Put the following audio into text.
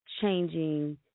changing